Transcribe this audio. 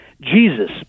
Jesus